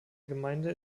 gemeinde